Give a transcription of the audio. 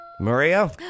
Maria